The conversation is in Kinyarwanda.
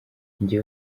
njye